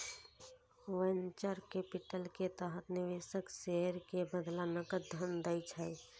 venture capital के तहत निवेशक शेयर के बदला नकद धन दै छै